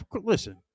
listen